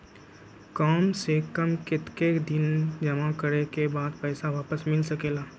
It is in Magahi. काम से कम कतेक दिन जमा करें के बाद पैसा वापस मिल सकेला?